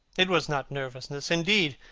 it was not nervousness. indeed,